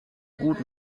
gut